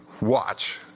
watch